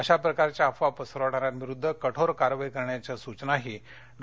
अशा प्रकारच्या अफवा पसरवणाऱ्यांविरुद्ध कठोर कारवाई करण्याच्या सूचनाही डॉ